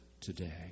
today